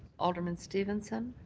alderman stevenson.